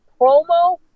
promo